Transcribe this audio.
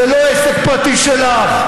זה לא עסק פרטי שלך.